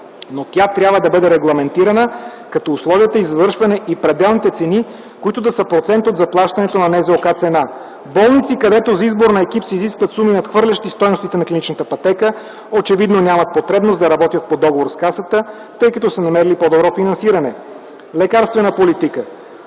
но тя трябва да бъде регламентирана като условия, извършване и пределни цени, които да са процент от заплащането на НЗОК-цена. Болници, където за избор на екип се изискват суми, надхвърлящи стойностите на клиничната пътека, очевидно нямат потребност да работят по договор с Касата, тъй като са намерили по-добро финансиране. Лекарствена политика.